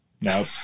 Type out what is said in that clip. No